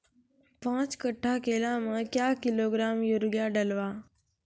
पाँच कट्ठा केला मे क्या किलोग्राम यूरिया डलवा?